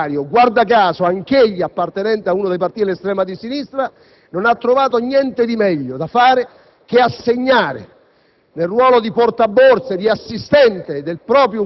all'interno del Viminale, dove un Sottosegretario - guarda caso, anch'egli appartenente ad uno dei partiti dell'estrema sinistra - non ha trovato niente di meglio da fare che assegnare